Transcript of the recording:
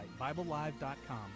BibleLive.com